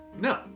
No